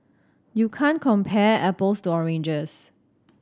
you can't compare apples to oranges